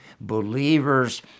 believers